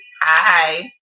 Hi